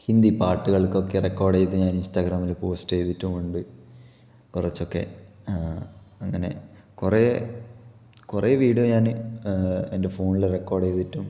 ഹിന്ദി പാട്ടുകള്ക്കൊക്കെ റെക്കോര്ഡ് ചെയ്ത് ഞാന് ഇന്സ്റ്റാഗ്രാമില് പോസ്റ്റ് ചെയ്തിട്ടുമുണ്ട് കുറച്ചൊക്കെ അങ്ങനെ കുറെ കുറെ വീഡിയോ ഞാന് എന്റെ ഫോണില് റെക്കോര്ഡ് ചെയ്തിട്ടും